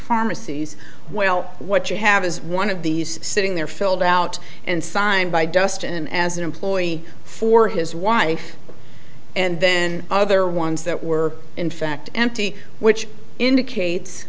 promises well what you have is one of these sitting there filled out and signed by dust and as an employee for his wife and then other ones that were in fact empty which indicates